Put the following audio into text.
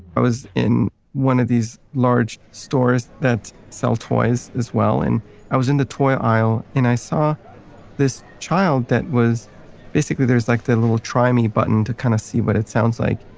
i was in one of these large stores that sell toys as well, and i was in the toy aisle and i saw this child that was basically, there's like the little try me button to kind of see what it sounds like.